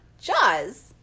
jaws